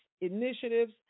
initiatives